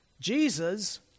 Jesus